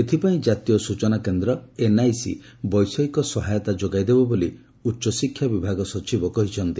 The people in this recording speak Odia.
ଏଥିପାଇଁ ଜାତୀୟ ସ୍ଚନା କେନ୍ଦ୍ର ଏନ୍ଆଇସି ବେଷୟିକ ସହାୟତା ଯୋଗାଇଦେବ ବୋଲି ଉଚ୍ଚଶିକ୍ଷା ବିଭାଗ ସଚିବ କହିଛନ୍ତି